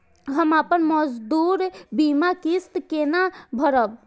हम अपन मौजूद बीमा किस्त केना भरब?